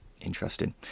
interesting